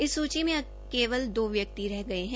इस सूची अब केवल दो व्यक्ति रह गए है